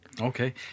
okay